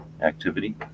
activity